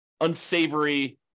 unsavory